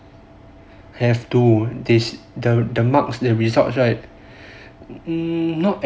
have to this the the marks the results right